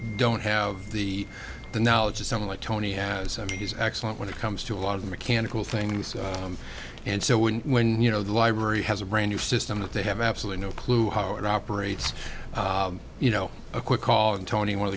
don't have the the knowledge or something like tony has i mean he's excellent when it comes to a lot of mechanical things and so when when you know the library has a brand new system that they have absolutely no clue how it operates you know a quick call in tony one of